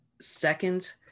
Second